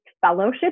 fellowship